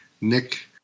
Nick